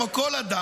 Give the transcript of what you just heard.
כמו כל אדם,